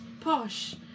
posh